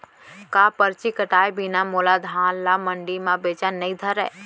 का परची कटाय बिना मोला धान ल मंडी म बेचन नई धरय?